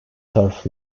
turf